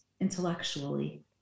intellectually